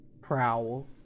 Prowl